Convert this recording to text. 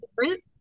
different